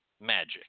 magic